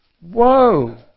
Whoa